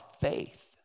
faith